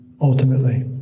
ultimately